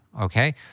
Okay